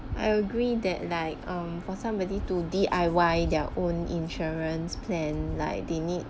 I agree that like um for somebody to D_I_Y their own insurance plan like they need